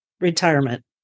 retirement